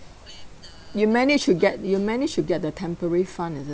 you managed to get you managed to get the temporary fund is it